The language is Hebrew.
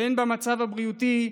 והן במצב הרפואי,